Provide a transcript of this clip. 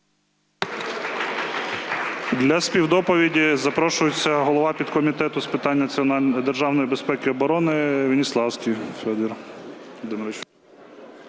Для співдоповіді запрошується голова підкомітету з питань державної безпеки і оборони Веніславський Федір.